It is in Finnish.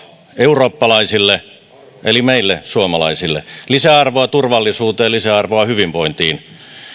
eurooppalaisille eli meille suomalaisille lisäarvoa turvallisuuteen lisäarvoa hyvinvointiin